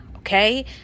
Okay